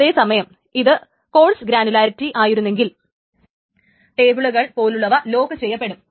അതേസമയം ഇത് coarse granularity ആയിരുന്നെങ്കിൽ ടേബിളുകൾ പോലുള്ളവ ലോക്ക് ചെയ്യപ്പെടും